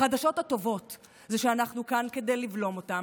החדשות הטובות הן שאנחנו כאן כדי לבלום אותם,